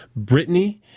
Britney